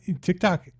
TikTok